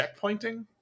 checkpointing